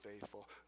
faithful